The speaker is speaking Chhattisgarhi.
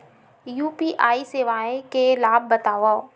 यू.पी.आई सेवाएं के लाभ बतावव?